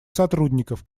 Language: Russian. сотрудников